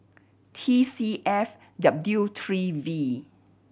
T C F W three V